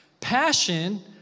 Passion